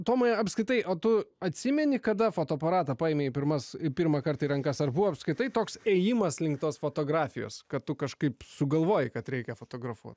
tomai apskritai o tu atsimeni kada fotoaparatą paėmei pirmas į pirmąkart į rankas ar buvo apskritai toks ėjimas link tos fotografijos kad tu kažkaip sugalvoji kad reikia fotografuoti